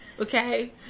Okay